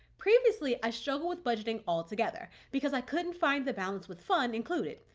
previously, i struggled with budgeting altogether because i couldn't find the balance with fun included.